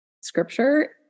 scripture